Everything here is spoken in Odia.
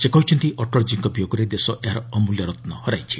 ସେ କହିଛନ୍ତି ଅଟଳଜୀଙ୍କ ବିୟୋଗରେ ଦେଶ ଏହାର ଅମ୍ବଲ୍ୟ ରତ୍ନ ହରାଇଛି